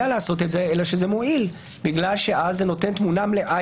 לעשות את זה אלא שזה מועיל כי אז זה נותן תמונה מלאה